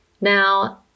Now